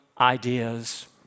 ideas